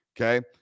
Okay